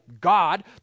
God